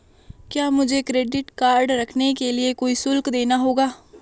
क्या मुझे credit card रखने के लिए कोई शुल्क देना होगा?